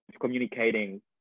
communicating